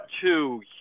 two